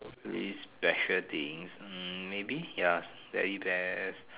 least special things hmm maybe ya teddy bears